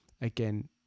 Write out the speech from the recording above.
again